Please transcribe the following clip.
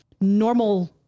normal